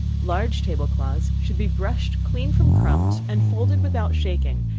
large table cloths should be brushed clean from crumbs, and folded without shaking,